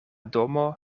domo